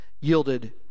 yielded